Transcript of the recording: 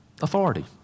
Authority